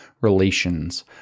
relations